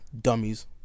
Dummies